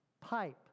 pipe